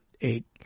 eight